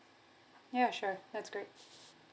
ya sure that's great